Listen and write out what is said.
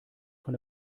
von